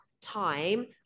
time